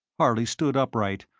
harley stood upright,